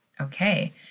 okay